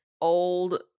old